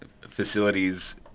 facilities